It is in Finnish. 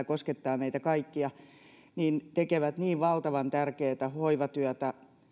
koskettaa siis meitä kaikkia ja nämä ihmiset tekevät niin valtavan tärkeätä hoivatyötä